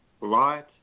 light